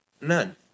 None